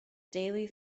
daily